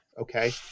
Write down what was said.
okay